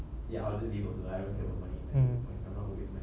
mm